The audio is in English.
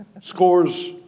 scores